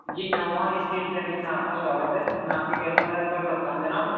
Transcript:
جی Noman stationery میں آپ کا سواگت ہے میں آپ کی کیسی مدد کر سکتا ہوں جناب